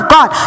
God